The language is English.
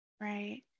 Right